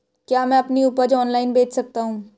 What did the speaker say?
क्या मैं अपनी उपज ऑनलाइन बेच सकता हूँ?